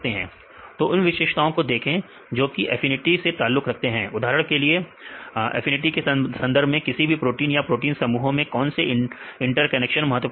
तू उन विशेषताओं को देखें जोकि एफिनिटी से ताल्लुक रखते हैं उदाहरण के लिए तो एफिनिटी के संदर्भ में किसी भी प्रोटीन या प्रोटीन समूहों में कौन से इंटरेक्शन महत्वपूर्ण है